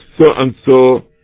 so-and-so